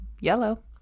yellow